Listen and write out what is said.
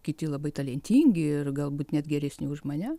kiti labai talentingi ir galbūt net geresni už mane